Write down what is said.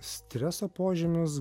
streso požymius